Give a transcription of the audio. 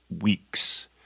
weeks